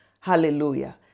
Hallelujah